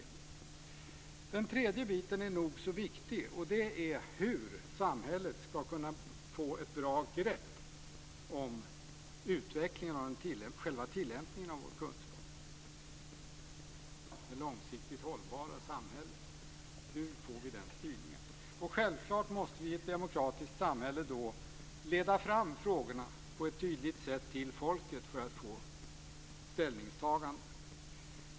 Vidare har vi en bit som är nog så viktig, nämligen hur samhället ska kunna få ett bra grepp om utvecklingen när det gäller själva tillämpningen av vår kunskap - det långsiktigt hållbara samhället. Hur får vi den styrningen? Självklart måste vi i ett demokratiskt samhälle på ett tydligt sätt leda fram frågorna till folket för att få ställningstaganden.